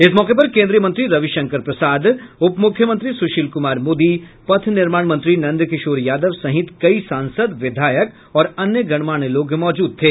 इस मौके पर केन्द्रीय मंत्री रविशंकर प्रसाद उपमुख्यमंत्री सुशील कुमार मोदी पथ निर्माण मंत्री नंद किशोर यादव सहित कई सांसद विधायक और अन्य गणमान्य लोग मौजूद थे